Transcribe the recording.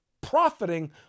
profiting